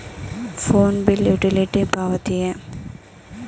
Phone bill utility ಪಾವತಿಯೇ?